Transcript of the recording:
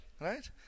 right